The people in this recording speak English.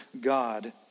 God